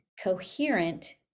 coherent